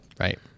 Right